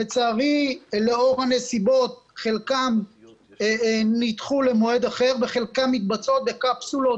לצערי לאור הנסיבות חלקם נדחו למועד אחר וחלקם מתבצעות בקפסולות